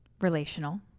relational